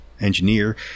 engineer